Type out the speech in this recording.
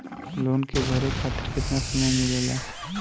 Loan के भरे खातिर कितना समय मिलेला?